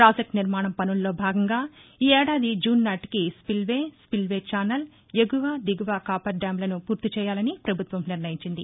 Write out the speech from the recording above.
project నిర్మాణం పనుల్లో భాగంగా ఈ ఏడాది జూన్ నాటికి spillway spillway channel ఎగువ దిగువ కాఫర్ డ్యాములను ఫూర్తిచేయాలని పభుత్వం నిర్ణయించింది